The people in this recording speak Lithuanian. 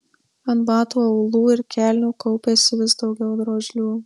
ant batų aulų ir kelnių kaupėsi vis daugiau drožlių